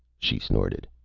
she snorted.